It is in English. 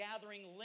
gathering